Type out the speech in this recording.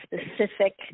specific